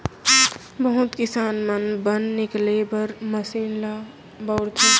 बहुत किसान मन बन निकाले बर मसीन ल बउरथे